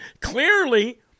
clearly